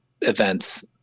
events